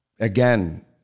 Again